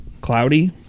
cloudy